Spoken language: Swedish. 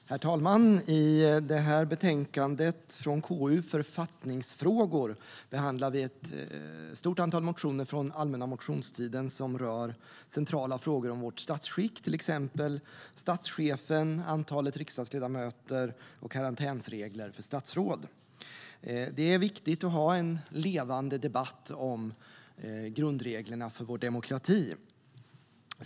Herr talman! I det här betänkandet från KU, FörfattningsfrågorFörfattningsfrågorDet är viktigt att ha en levande debatt om grundreglerna för vår demokrati.